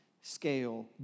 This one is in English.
scale